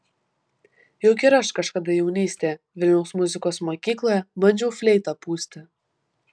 juk ir aš kažkada jaunystėje vilniaus muzikos mokykloje bandžiau fleitą pūsti